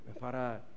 Para